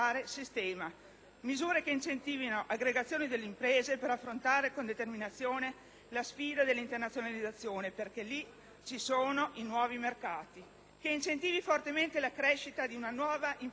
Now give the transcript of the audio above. misure che incentivino aggregazioni delle imprese per affrontare con determinazione la sfida dell'internazionalizzazione (perché lì ci sono i nuovi mercati), che incentivino fortemente la crescita di una nuova imprenditorialità,